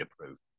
approved